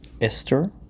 esther